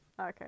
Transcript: Okay